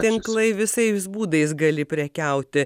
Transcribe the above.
tinklai visais būdais gali prekiauti